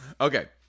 Okay